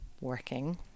working